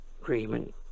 agreement